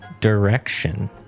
direction